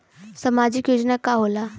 सामाजिक योजना का होला?